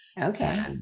Okay